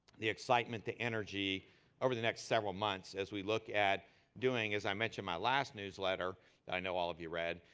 the excitement, the energy over the next several months as we look at doing, as i mentioned in my last newsletter that i know all of you read,